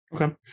Okay